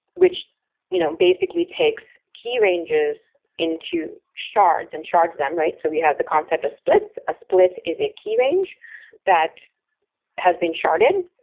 which you know basically takes key ranges into shards and shard them, right? so we have the concept of splits. a split is a key range that has been sharded,